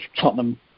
Tottenham